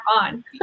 on